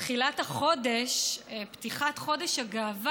תנמק חברת הכנסת מיכל